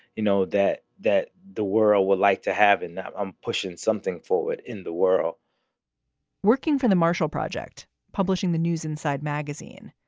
you know, that that the world would like to have in that i'm pushing something forward in the world working for the marshall project, publishing the news inside magazine.